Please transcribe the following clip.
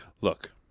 Look